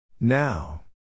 Now